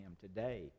today